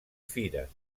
fires